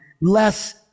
less